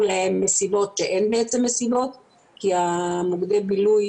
להם מסיבות ואין בעצם מסיבות כי מוקדי הבילוי